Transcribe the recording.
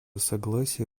согласие